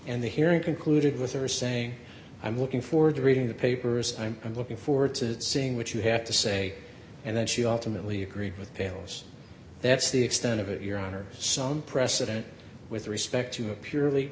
and the hearing concluded with her saying i'm looking forward to reading the papers and i'm looking forward to seeing what you have to say and then she often that leave with pails that's the extent of it your honor some precedent with respect to a purely